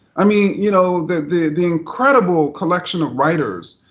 i mean, you know, the the incredible collection of writers,